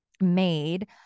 made